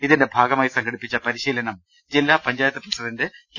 ഇതിന്റെ ഭാഗമായി സംഘടിപ്പിച്ച പരി ശീലനം ജില്ലാ പഞ്ചായത്ത് പ്രസിഡന്റ് കെ